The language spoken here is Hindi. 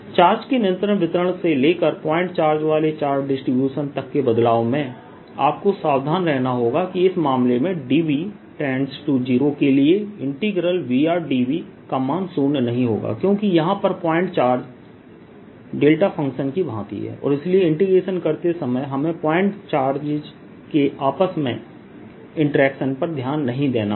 चार्ज के निरंतर वितरण से लेकर पॉइंट चार्ज वाले चार्ज डिस्ट्रीब्यूशन तक के बदलाव में आपको सावधान रहना होगा कि इस मामले में dV0 के लिए dV का मान शून्य नहीं होगा क्योंकि यहां पर पॉइंट चार्ज डेल्टा फंक्शन की भांति है और इसलिए इंटीग्रेशन करते समय हमें प्वाइंट चार्जेस के आपस में इंटरेक्शन पर ध्यान नहीं देना होगा